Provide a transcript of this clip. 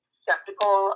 skeptical